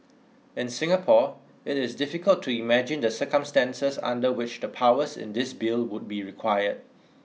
in Singapore it is difficult to imagine the circumstances under which the powers in this bill would be required